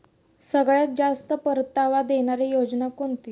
सगळ्यात जास्त परतावा देणारी योजना कोणती?